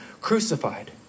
crucified